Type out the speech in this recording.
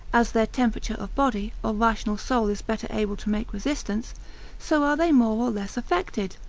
as their temperature of body, or rational soul is better able to make resistance so are they more or less affected.